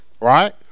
right